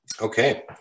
Okay